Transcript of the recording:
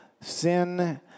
sin